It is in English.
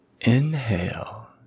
Inhale